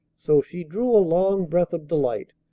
so she drew a long breath of delight,